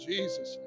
Jesus